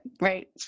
right